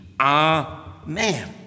Amen